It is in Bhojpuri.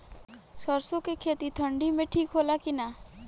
सरसो के खेती ठंडी में ठिक होला कि ना?